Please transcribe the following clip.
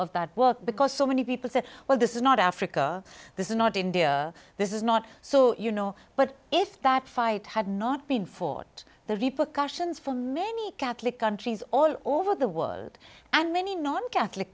of that work because so many people said well this is not africa this is not india this is not so you know but if that fight had not been fought there are repercussions for many catholic countries all over the world and many not catholic